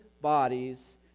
bodies